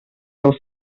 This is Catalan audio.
del